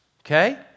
okay